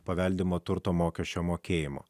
paveldimo turto mokesčio mokėjimo